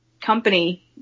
company